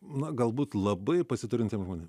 na galbūt labai pasiturintiem žmonėm